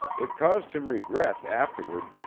it caused him regret afterward,